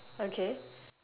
okay